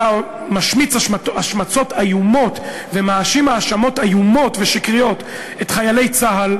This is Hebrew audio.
אתה משמיץ השמצות איומות ומאשים האשמות איומות ושקריות את חיילי צה"ל,